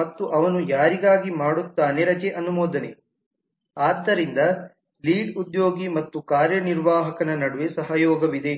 ಮತ್ತು ಅವನು ಯಾರಿಗಾಗಿ ಮಾಡುತ್ತಾನೆ ರಜೆ ಅನುಮೋದನೆ ಆದ್ದರಿಂದ ಲೀಡ್ ಉದ್ಯೋಗಿ ಮತ್ತು ಕಾರ್ಯನಿರ್ವಾಹಕ ನಡುವೆ ಸಹಯೋಗವಿದೆ